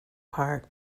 part